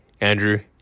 Andrew